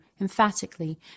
emphatically